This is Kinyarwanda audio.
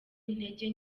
intege